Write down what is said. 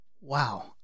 Wow